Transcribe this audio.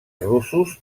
russos